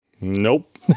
Nope